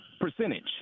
percentage